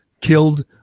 killed